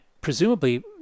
presumably